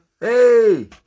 hey